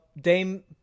Dame